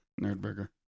Nerdburger